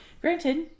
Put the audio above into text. Granted